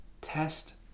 test